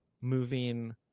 moving